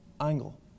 angle